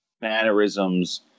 mannerisms